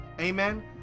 Amen